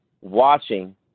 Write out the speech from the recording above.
watching